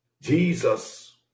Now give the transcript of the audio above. Jesus